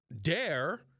dare